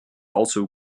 also